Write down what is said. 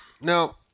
Now